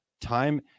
time